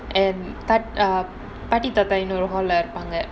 and பாட்டி தாத்தா கூட இருப்பாங்க:paati thatha kooda irupaanga